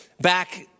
back